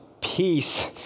peace